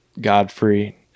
Godfrey